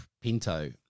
Pinto